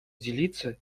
делиться